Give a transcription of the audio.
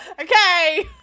Okay